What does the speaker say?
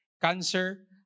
cancer